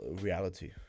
reality